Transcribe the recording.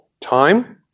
time